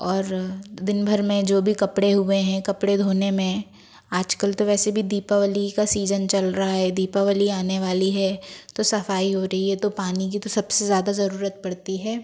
और दिन भर में जो भी कपड़े हुए हैं कपड़े धोने में आजकल तो वैसे भी दीपावली का सीजन चल रहा है दीपावली आने वाली है तो सफाई हो रही है तो पानी की तो सबसे ज़्यादा ज़रूरत पड़ती है